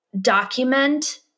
document